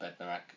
Bednarak